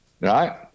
right